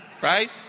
Right